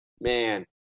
man